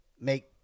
make